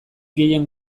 gehien